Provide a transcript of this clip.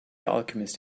alchemist